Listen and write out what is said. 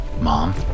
Mom